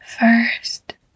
First